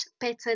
better